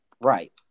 Right